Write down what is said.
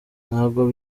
ntabwo